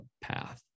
path